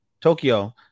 Tokyo